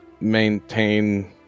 maintain